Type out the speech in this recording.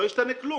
לא ישתנה כלום.